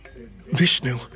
Vishnu